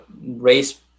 race